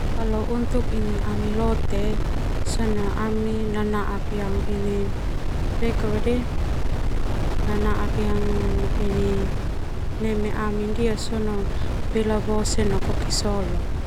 Untuk ami lote sona ami nanaak yang ini nanaak yang ini neme ami ndia sona pela bose no koki solo.